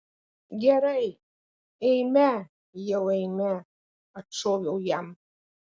gerai eime jau eime atšoviau jam